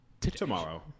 tomorrow